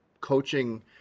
coaching